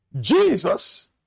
Jesus